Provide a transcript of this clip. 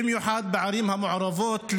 במיוחד בערים המעורבות,